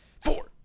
Four